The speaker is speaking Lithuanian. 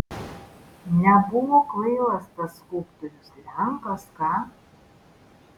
nebuvo kvailas tas skulptorius lenkas ką